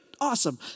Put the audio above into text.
awesome